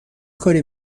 کاری